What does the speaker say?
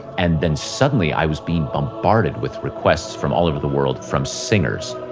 and then suddenly i was being bombarded with requests from all over the world from singers.